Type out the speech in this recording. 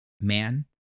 man